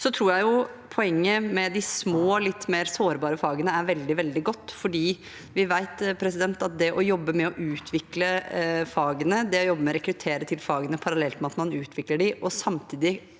Jeg tror poenget med de små, litt mer sårbare fagene er veldig godt, for vi vet at det å jobbe med å utvikle fagene, det å jobbe med å rekruttere til fagene parallelt med at man utvikler dem, og at